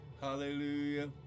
Hallelujah